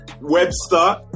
Webster